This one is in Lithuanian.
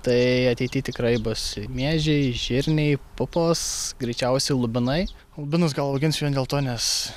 tai ateity tikrai bus miežiai žirniai pupos greičiausiai lubinai lubinus gal auginsiu vien dėl to nes